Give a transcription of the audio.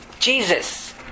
Jesus